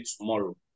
tomorrow